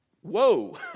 Whoa